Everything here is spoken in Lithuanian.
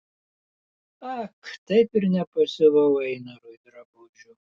ak taip ir nepasiuvau einarui drabužių